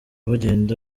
bagenda